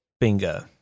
Bingo